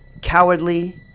cowardly